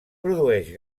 produeix